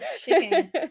chicken